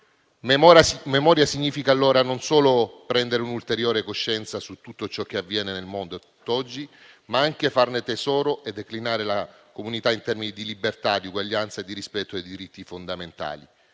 Memoria significa, allora, non solo prendere un'ulteriore coscienza su tutto ciò che avviene nel mondo a tutt'oggi, ma anche farne tesoro e declinare la comunità in termini di libertà, di uguaglianza e di rispetto dei diritti fondamentali.